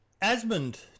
Asmund